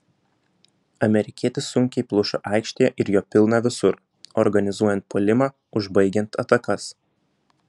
amerikietis sunkiai pluša aikštėje ir jo pilna visur organizuojant puolimą užbaigiant atakas